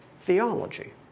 theology